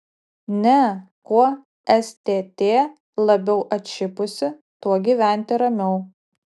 ne kuo stt labiau atšipusi tuo gyventi ramiau